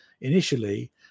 initially